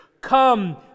Come